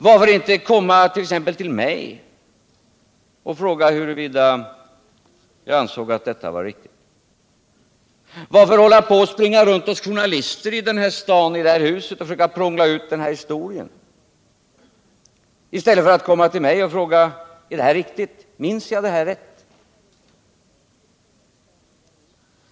Varför inte komma t.ex. till mig och fråga huruvida jag ansåg att detta var riktigt? Varför hålla på att springa runt hos journalister i den här staden och i det här huset och försöka prångla ut denna historia i stället för att fråga mig: Är det här riktigt? Minns jag det här rätt?